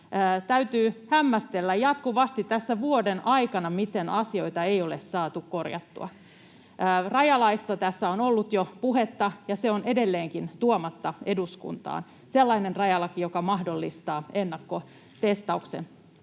täytynyt hämmästellä jatkuvasti tässä vuoden aikana, miten asioita ei ole saatu korjattua. Rajalaista tässä on ollut jo puhetta, ja se on edelleenkin tuomatta eduskuntaan — sellainen rajalaki, joka mahdollistaa ennakkotestauksen.